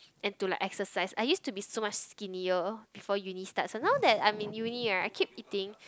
and to like exercise I used to be much skinnier before uni starts now that I'm in uni right I keep eating